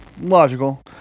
Logical